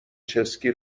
چسکی